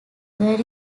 were